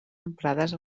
emprades